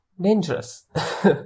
dangerous